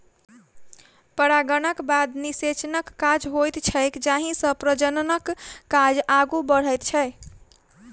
परागणक बाद निषेचनक काज होइत छैक जाहिसँ प्रजननक काज आगू बढ़ैत छै